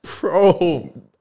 bro